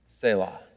Selah